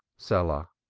selah,